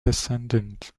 descendant